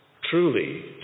truly